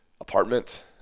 apartment